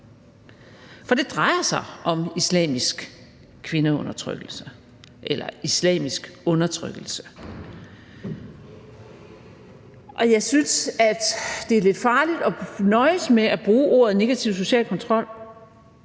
For det drejer sig om islamisk kvindeundertrykkelse – eller islamisk undertrykkelse – og jeg synes, at det er lidt farligt at nøjes med at bruge ordet negativ social kontrol,